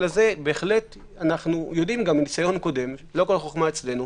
בהחלט אנחנו יודעים מניסיון קודם שלא כל החוכמה אצלנו.